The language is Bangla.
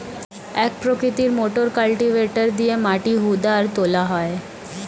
এক প্রকৃতির মোটর কালটিভেটর দিয়ে মাটি হুদা আর তোলা হয়